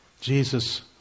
Jesus